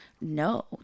No